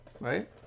Right